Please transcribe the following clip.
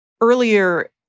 earlier